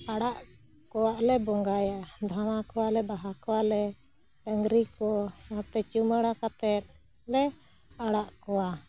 ᱟᱲᱟᱜ ᱠᱚᱣᱟᱞᱮ ᱟᱨᱞᱮ ᱵᱚᱸᱜᱟᱭᱟ ᱫᱷᱟᱶᱟ ᱠᱚᱣᱟᱞᱮ ᱵᱟᱦᱟ ᱠᱚᱣᱟᱞᱮ ᱰᱟᱝᱨᱤ ᱠᱚ ᱥᱟᱶᱛᱮ ᱪᱩᱢᱟᱹᱲᱟ ᱠᱟᱛᱮᱫ ᱞᱮ ᱟᱲᱟᱜ ᱠᱚᱣᱟ